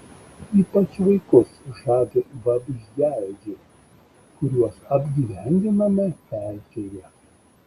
ypač vaikus žavi vabzdžiaėdžiai kuriuos apgyvendiname pelkėje